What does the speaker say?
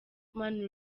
man